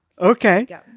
okay